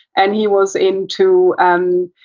and, he was into um